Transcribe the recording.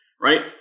right